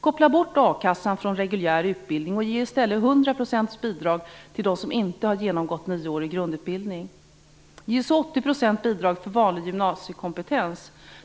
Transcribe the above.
Koppla bort a-kassan från reguljär utbildning och ge i stället 100 % bidrag till dem som inte har genomgått nioårig grundutbildning! Ge 80 % bidrag för vanlig gymnasiekompetens!